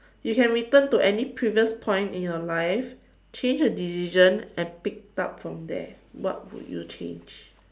you can return to any previous point in your life change a decision and pick up from there what would you change